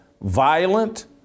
violent